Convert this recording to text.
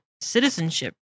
citizenship